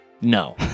No